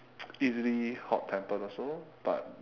easily hot tempered also but